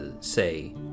say